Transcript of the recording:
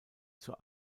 zur